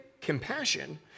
compassion